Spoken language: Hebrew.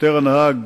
השוטרים עצמם,